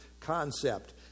concept